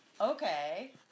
okay